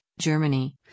Germany